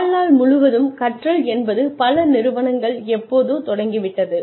வாழ்நாள் முழுவதும் கற்றல் என்பது பல நிறுவனங்கள் எப்போதோ தொடங்கி விட்டது